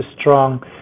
strong